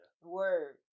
word